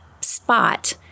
spot